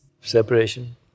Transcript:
Separation